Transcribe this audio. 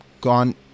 gone